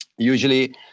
Usually